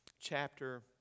chapter